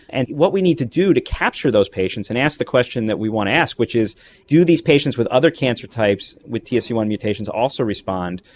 and what we need to do to capture those patients and ask the question that we want to ask, which is do these patients with other cancer types with t s e one mutations also respond?